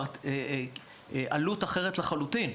עלות אחרת לחלוטין.